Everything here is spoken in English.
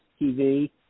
TV